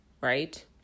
right